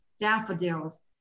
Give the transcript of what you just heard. daffodils